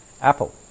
Apple